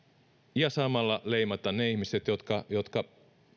ja samalla leimata ne ihmiset jotka jotka